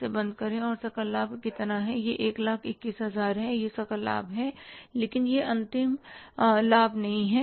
इसे बंद करें और सकल लाभ कितना है यह 121000 है यह सकल लाभ है लेकिन यह अंतिम लाभ नहीं है